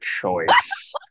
choice